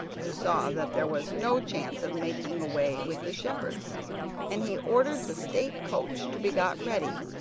who saw that there was no chance of making away with the shepherd and he ordered the state coach to be got ready,